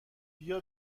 بیا